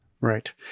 Right